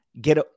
get